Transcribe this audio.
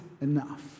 enough